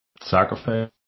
sacrifice